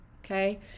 okay